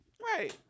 Right